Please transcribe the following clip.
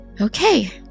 Okay